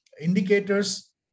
indicators